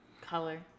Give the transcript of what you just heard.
color